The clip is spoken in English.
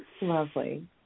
Lovely